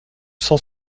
cent